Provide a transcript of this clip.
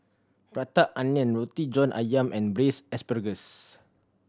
Prata Onion Roti John Ayam and Braised Asparagus